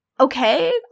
okay